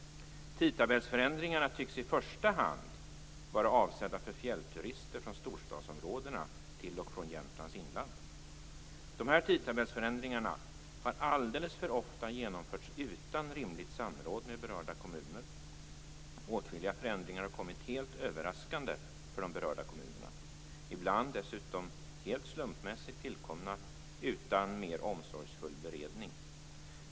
Tidtabellsförändringarna tycks i första hand vara avsedda för fjällturister från storstadsområdena till och från Jämtlands inland. Dessa tidtabellsförändringar har alldeles för ofta genomförts utan rimligt samråd med berörda kommuner. Åtskilliga förändringar har kommit helt överraskande för berörda kommuner. Ibland tycks de dessutom vara helt slumpmässigt tillkomna utan mer omsorgsfull beredning.